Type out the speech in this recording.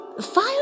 Fire